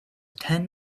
ten